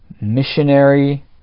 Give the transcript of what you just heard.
missionary